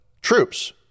troops